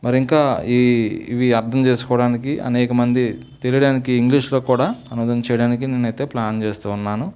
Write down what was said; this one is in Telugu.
మరి ఇంకా ఈ ఇవి అర్థం చేసుకోవడానికి అనేక మంది తినడానికి ఇంగ్లీష్లో కూడా అనువాదం చేయడానికి నేను అయితే ప్లాన్ చేస్తూ ఉన్నాను